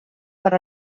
per